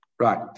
right